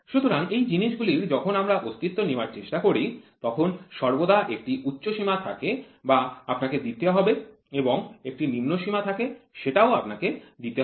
সুতরাং এই জিনিসগুলির যখন আমরা অস্তিত্ব নেওয়ার চেষ্টা করি তখন সর্বদা একটি উচ্চসীমা থাকে যা আপনাকে দিতে হবে এবং একটি নিম্ন সীমা থাকে সেটাও আপনাকে দিতে হবে